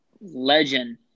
legend